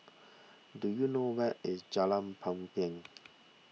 do you know where is Jalan Papan